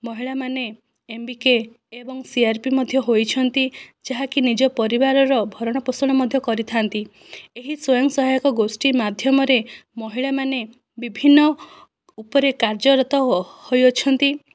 ମହିଳାମାନେ ଏମବିକେ ଏବଂ ସିଆରପି ମଧ୍ୟ ହୋଇଛନ୍ତି ଯାହାକି ନିଜ ପରିବାରର ଭରଣପୋଷଣ ମଧ୍ୟ କରିଥାନ୍ତି ଏହି ସ୍ୱୟଂସହାୟକ ଗୋଷ୍ଠୀ ମାଧ୍ୟମରେ ମହିଳାମାନେ ବିଭିନ୍ନ ଉପରେ କାର୍ଯ୍ୟରତ ହୋଇଅଛନ୍ତି